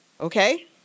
Okay